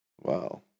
Wow